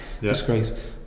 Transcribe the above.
disgrace